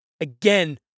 Again